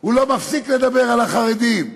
הוא לא מפסיק לדבר על החרדים.